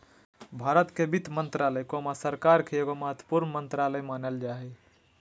भारत के वित्त मन्त्रालय, सरकार के एगो महत्वपूर्ण मन्त्रालय मानल जा हय